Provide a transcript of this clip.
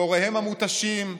בהוריהם המותשים,